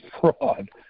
fraud